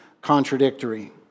contradictory